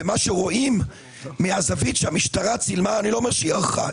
מה שרואים מהזווית שהמשטרה צילמה אני לא אומר שהיא ערכה,